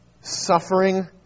suffering